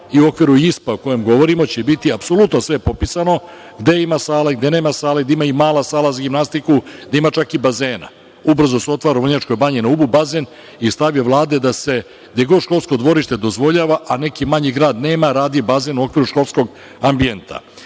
i u okviru ISP-a o kojem govorimo, će biti apsolutno sve popisano gde ima sala, gde nema sale, gde ima i mala sala za gimnastiku, gde ima čak i bazena. Ubrzo se otvara u Vrnjačkoj Banji bazen i stav je Vlade da se, gde god školsko dvorište dozvoljava, a neki manji grad nema, radi bazen u okviru školskog ambijenta. Tako